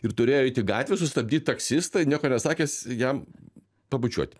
ir turėjo eiti į gatvę sustabdyti taksistą nieko nesakęs jam pabučiuoti